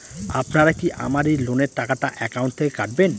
আপনারা কি আমার এই লোনের টাকাটা একাউন্ট থেকে কাটবেন?